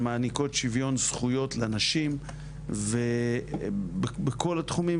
מעניקות שוויון זכויות לנשים בכל התחומים,